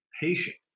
patient